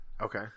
Okay